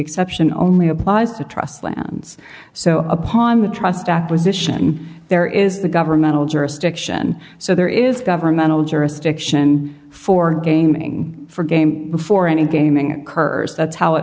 exception only applies to trust plans so upon the trust acquisition there is the governmental jurisdiction so there is governmental jurisdiction for gaming for game before any gaming occurs that's how it